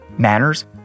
Manners